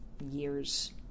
Years